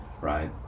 right